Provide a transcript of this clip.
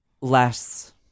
Less